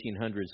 1800s